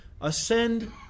ascend